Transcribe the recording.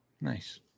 Nice